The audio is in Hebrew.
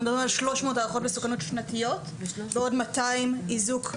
אנחנו מדברים על 300 הערכות מסוכנות שנתיות ועוד 200 איזוק.